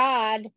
God